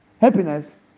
happiness